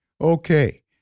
Okay